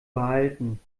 behalten